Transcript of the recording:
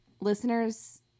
listeners